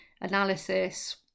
analysis